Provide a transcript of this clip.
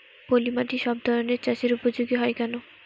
পলিমাটি সব ধরনের চাষের উপযোগী হয় কেন?